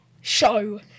show